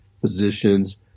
positions